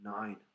nine